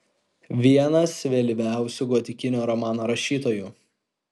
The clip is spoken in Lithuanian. vienas vėlyviausių gotikinio romano rašytojų